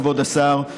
כבוד השר,